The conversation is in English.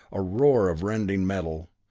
a roar of rending metal.